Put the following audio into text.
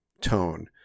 tone